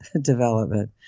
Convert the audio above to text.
development